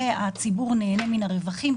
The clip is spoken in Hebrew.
והציבור נהנה מן הרווחים,